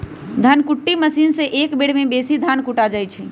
धन कुट्टी मशीन से एक बेर में बेशी धान कुटा जा हइ